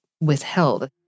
withheld